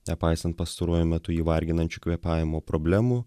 nepaisant pastaruoju metu jį varginančių kvėpavimo problemų